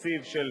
תקציב של